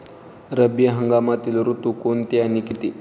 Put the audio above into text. रब्बी हंगामातील ऋतू कोणते आणि किती?